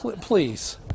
Please